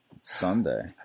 Sunday